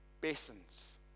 Basins